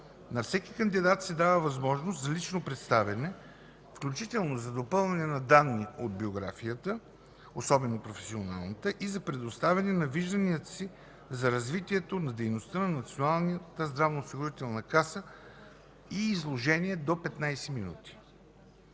На всеки кандидат се дава възможност за лично представяне, включително за допълване на данни от професионалната си биография и за представяне на вижданията си за развитие на дейността на Националната здравноосигурителна каса в изложение до 15 минути.